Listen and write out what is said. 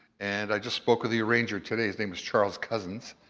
and i just spoke with the arranger today, his name is charles cousins,